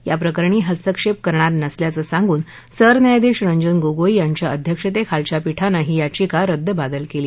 या प्रकरणी हस्तक्षप्र करणार नसल्याचं सांगून सरन्यायाधीश रंजन गोगोई यांच्या अध्यक्षतखीलच्या पीठानं ही याचिका रद्दबातल कली